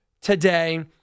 today